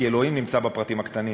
כי אלוהים נמצא בפרטים הקטנים,